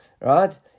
Right